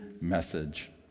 message